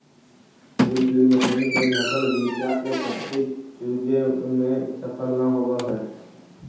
seed drill machine से ढँकल बीचा के पक्षी चुगे में सफल न होवऽ हई